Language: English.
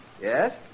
Yes